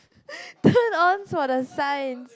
turned on for the science